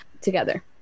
together